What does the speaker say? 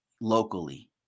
locally